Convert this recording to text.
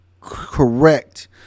correct